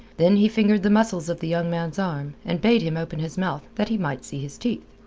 then he fingered the muscles of the young man's arm, and bade him open his mouth that he might see his teeth.